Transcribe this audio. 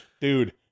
Dude